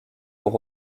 pour